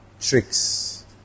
Tricks